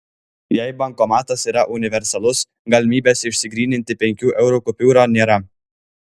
jei bankomatas yra universalus galimybės išsigryninti penkių eurų kupiūrą nėra